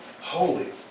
holy